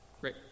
Great